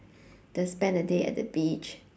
just spend a day at the beach